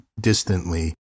distantly